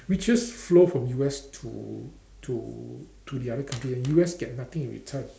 riches flow from U_S to to to the other country and U_S get nothing in return